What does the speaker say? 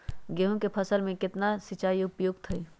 गेंहू के फसल में केतना सिंचाई उपयुक्त हाइ?